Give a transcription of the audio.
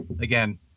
Again